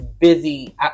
busy